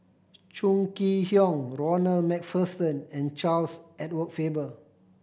Chong Kee Hiong Ronald Macpherson and Charles Edward Faber